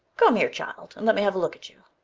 come here, child, and let me have a look at you.